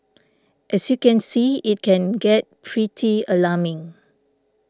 as you can see it can get pretty alarming